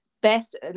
best